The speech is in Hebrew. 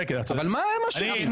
למה החוק שאתה מביא הוא חוק מושחת,